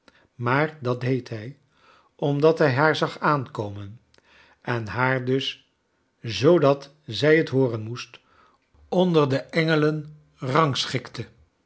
maar dat deed hij omdat hij haar zag aankomen en haar dus zoodat zij t hooren moest onder de engelen rangschikte